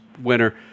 winner